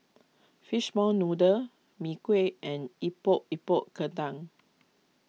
Fishball Noodle Mee Kuah and Epok Epok Kentang